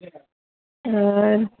অঁ